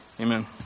Amen